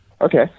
Okay